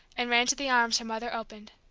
and ran to the arms her mother opened.